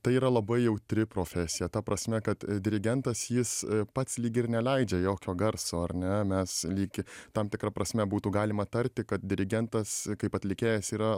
tai yra labai jautri profesija ta prasme kad dirigentas jis pats lyg ir neleidžia jokio garso ar ne mes lyg tam tikra prasme būtų galima tarti kad dirigentas kaip atlikėjas yra